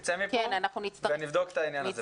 נצא מפה ונבדוק את העניין הזה.